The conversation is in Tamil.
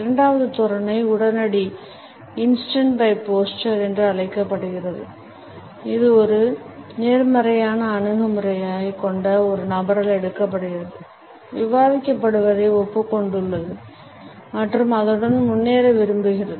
இரண்டாவது தோரணை உடனடி என்று அழைக்கப்படுகிறது இது ஒரு நேர்மறையான அணுகுமுறையைக் கொண்ட ஒரு நபரால் எடுக்கப்படுகிறது விவாதிக்கப்படுவதை ஒப்புக் கொண்டுள்ளது மற்றும் அதனுடன் முன்னேற விரும்புகிறது